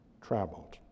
traveled